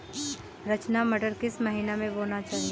रचना मटर किस महीना में बोना चाहिए?